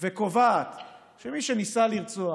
וקובעת שמי שניסה לרצוח,